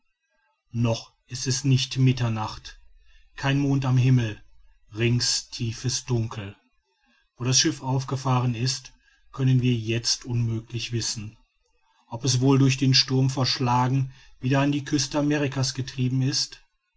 noch ist es nicht mitternacht kein mond am himmel rings tiefes dunkel wo das schiff aufgefahren ist können wir jetzt unmöglich wissen ob es wohl durch den sturm verschlagen wieder an die küste amerikas getrieben ist